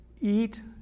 eat